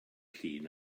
llun